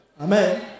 Amen